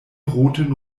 roten